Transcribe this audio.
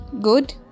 good